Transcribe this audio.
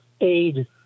aid